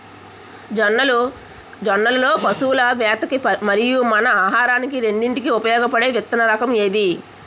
జొన్నలు లో పశువుల మేత కి మరియు మన ఆహారానికి రెండింటికి ఉపయోగపడే విత్తన రకం ఏది?